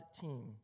team